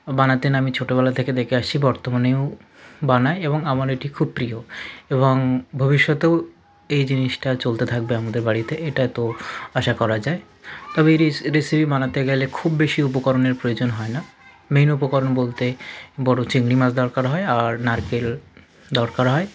বানাতেন আমি ছোটোবেলা থেকে দেখে আসসি বর্তমানেও বানায় এবং আমার এটি খুব প্রিয় এবং ভবিষ্যতেও এই জিনিসটা চলতে থাকবে আমাদের বাড়িতে এটা তো আশা করা যায় তবে এই রেসি রেসিপি বানাতে গেলে খুব বেশি উপকরণের প্রয়োজন হয় না মেন উপকরণ বলতে বড়ো চিংড়ি মাছ দরকার হয় আর নারকেল দরকার হয়